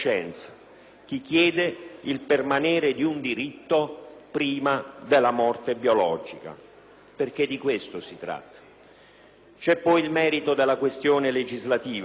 chi chiede il permanere di un diritto prima della morte biologica. Perché di questo si tratta. Vi è poi il merito della questione legislativa.